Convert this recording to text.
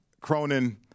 Cronin